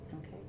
Okay